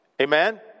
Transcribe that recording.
Amen